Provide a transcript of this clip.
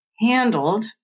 handled